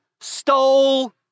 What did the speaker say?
stole